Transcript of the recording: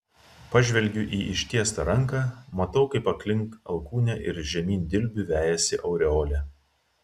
pažvelgiu į ištiestą ranką matau kaip aplink alkūnę ir žemyn dilbiu vejasi aureolė